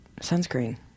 sunscreen